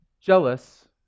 jealous